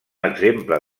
exemple